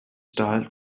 style